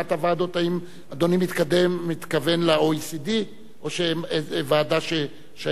האם אדוני מתכוון ל-OECD, או ועדה השייכת לאו"ם